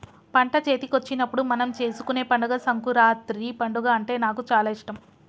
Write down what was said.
పంట చేతికొచ్చినప్పుడు మనం చేసుకునే పండుగ సంకురాత్రి పండుగ అంటే నాకు చాల ఇష్టం